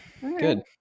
good